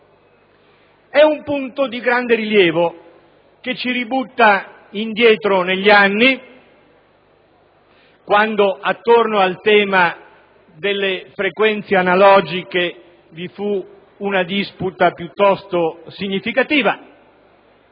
È un punto di grande rilievo che ci riporta indietro negli anni quando, attorno al tema delle frequenze analogiche, vi fu una disputa piuttosto significativa